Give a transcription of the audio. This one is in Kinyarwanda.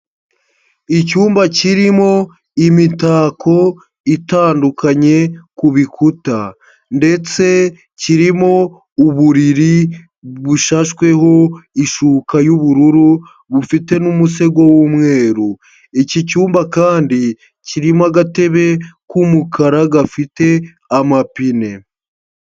Icyumba kirimo imitako itandukanye ku bikuta ndetse kirimo uburiri bushashweho ishuka y'ubururu, bufite n'umusego w'umweru, iki cyumba kandi kirimo agatebe k'umukara gafite amapine.